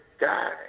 guy